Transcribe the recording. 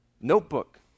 Notebook